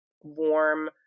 warm